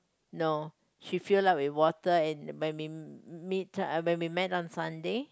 no she fill up with water when we meet uh when we met on Sunday